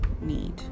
need